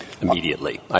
Immediately